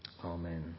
Amen